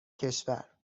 کشور